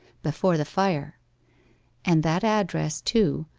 before the fire and that address, too,